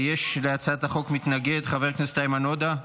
יש להצעת החוק מתנגד, חבר הכנסת איימן עודה.